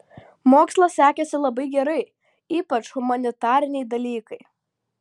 mokslas sekėsi labai gerai ypač humanitariniai dalykai